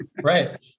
right